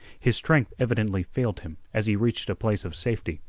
his strength evidently failed him as he reached a place of safety.